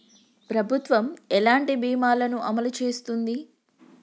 ప్రభుత్వం ఎలాంటి బీమా ల ను అమలు చేస్తుంది?